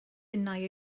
innau